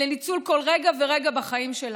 לניצול כל רגע ורגע בחיים שלנו.